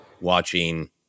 watching